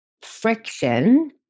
Friction